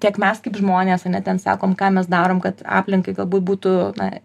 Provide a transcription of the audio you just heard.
tiek mes kaip žmonės ane ten sakom ką mes darom kad aplinkai galbūt būtų na